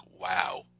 wow